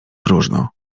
próżno